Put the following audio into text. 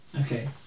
Okay